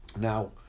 Now